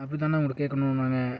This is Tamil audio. அப்படித்தாண்ணா உங்களை கேட்கணுன்னாங்க